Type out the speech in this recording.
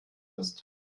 ist